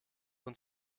und